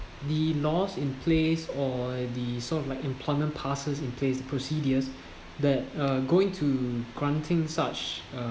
the laws in place or the sort of like employment passes in place procedures that are going to granting such